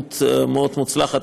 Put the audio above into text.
ולפעילות מאוד מוצלחת,